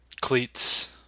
cleats